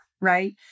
right